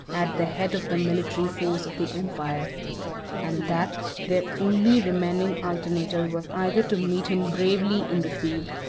at the head of the military force of the empire and that their only remaining alternative was either to meet him bravely in the field,